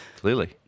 clearly